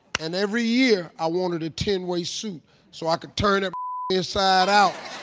and every year i wanted a ten-way suit so i could turn it um inside-out.